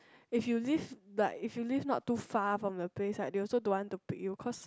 if you live like if you live not too far from the place right they also don't want to pick you cause